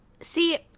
see